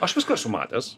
aš visko esu matęs